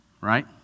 right